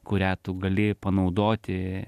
kurią tu gali panaudoti